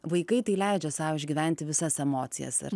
vaikai tai leidžia sau išgyventi visas emocijas ar